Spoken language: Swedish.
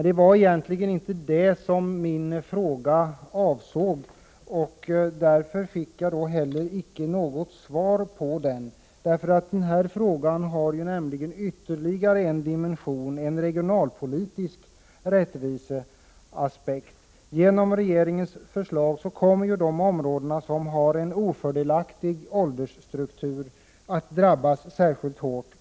Det var egentligen inte det som min fråga avsåg, och jag har heller icke fått något svar på den. Denna fråga har ytterligare en dimension, nämligen en regionalpolitisk rättviseaspekt. Genom regeringens förslag kommer de områden som har en ofördelaktig åldersstruktur att drabbas särskilt hårt.